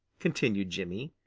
continued jimmy.